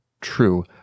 true